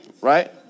right